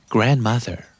Grandmother